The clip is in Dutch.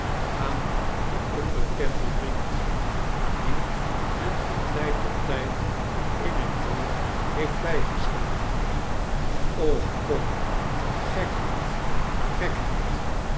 aan den onbekenden vriend die hen van tyd tot tyd in hun nood heeft bygestaan och kom gekheid gekheid